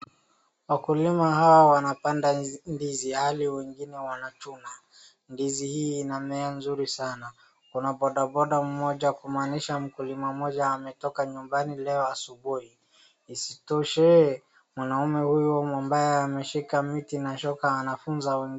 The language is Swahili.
Wakulima hawa wanapanda ndizi ilhali wengine wanachuna. Ndizi hii inamea nzuri sana. Kuna bodaboda mmoja kumaanisha mkulima mmoja ametoka nyumbani leo asubuhi. Isitoshe, mwanaume huyu ambaye ameshika mti na shoka anafunza.